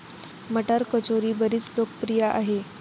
मटार कचोरी बरीच लोकप्रिय आहे